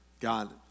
God